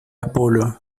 apolo